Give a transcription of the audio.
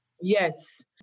Yes